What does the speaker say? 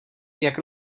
jak